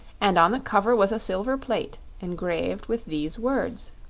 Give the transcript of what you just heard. and on the cover was a silver plate engraved with these words